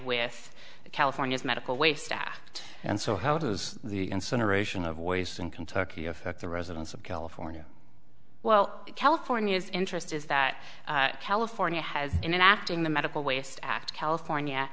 with california's medical waste asked and so how does the consideration of voice in kentucky affect the residents of california well california is interest is that california has an act in the medical waste act california